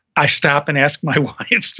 i stop and ask my wife,